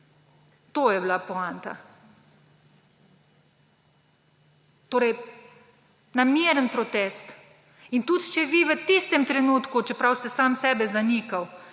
To je bila poanta. Torej na miren protest. Tudi če vi v tistem trenutku, čeprav ste sami sebe zanikali